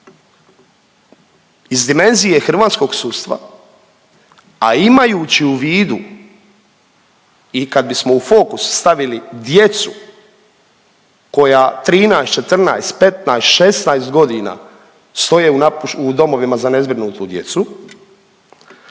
Iz dimenzije hrvatskog sudstva, a imajući u vidu i kad bismo u fokus stavili djecu koja 13, 14, 15, 16.g. stoje u domovima za nezbrinutu djecu,